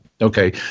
Okay